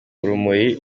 urumuri